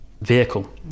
vehicle